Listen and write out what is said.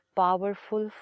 powerful